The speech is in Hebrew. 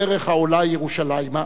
בדרך העולה ירושלימה,